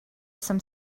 some